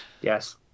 Yes